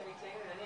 שביקשנו להגיש.